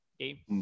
Okay